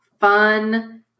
fun